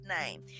name